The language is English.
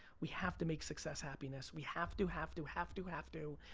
we have to make success happiness. we have to, have to, have to, have to,